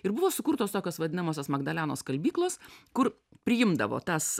ir buvo sukurtos tokios vadinamosios magdalenos skalbyklos kur priimdavo tas